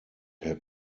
herr